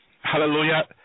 Hallelujah